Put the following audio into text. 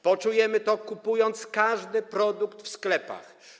Poczujemy to, kupując każdy produkt w sklepach.